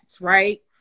right